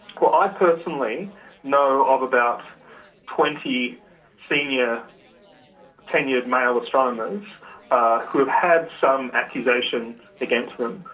ah i personally know of about twenty senior tenured male astronomers who've had some accusations against them.